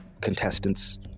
contestants